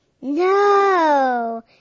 No